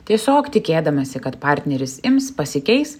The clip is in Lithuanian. tiesiog tikėdamiesi kad partneris ims pasikeis